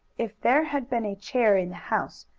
if there had been a chair in the house,